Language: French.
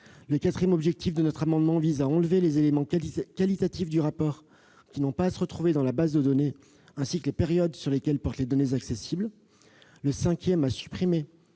Quatrièmement, il vise à enlever les éléments qualitatifs du rapport qui n'ont pas à se retrouver dans la base de données, ainsi que les périodes sur lesquelles portent les données accessibles. Cinquièmement,